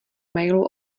mailu